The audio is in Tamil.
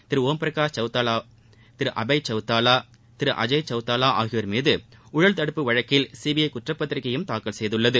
திரு ஒம் பிரகாஷ் சௌதாளா திரு அபய் சௌதாளா திரு அஜய் சௌதாளா ஆகியோர் மீது ஊழல் தடுப்பு வழக்கில் சிபிஐ குற்றப்பத்திரிக்கையும் தாக்கல் செய்துள்ளது